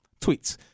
tweets